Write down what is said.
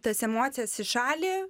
tas emocijas į šalį